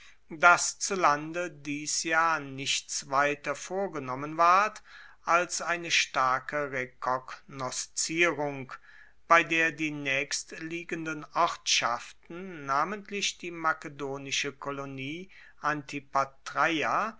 dass zu lande dies jahr nichts weiter vorgenommen ward als eine starke rekognoszierung bei der die naechstliegenden ortschaften namentlich die makedonische kolonie antipatreia